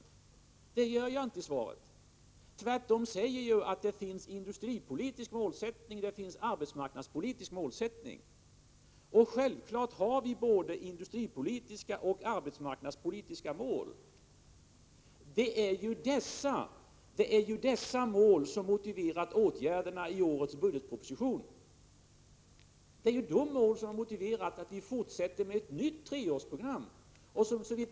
Något sådant hävdar jag inte heller i svaret. Tvärtom säger jag att det finns en industripolitisk målsättning och en arbetsmarknadspolitisk målsättning. Självfallet har vi både industripolitiska och arbetsmarknadspolitiska mål. Det är dessa mål som motiverat åtgärderna i budgetpropositionen, att vi fortsätter med ett nytt treårsprogram.